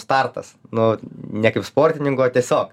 startas nu ne kaip sportininko tiesiog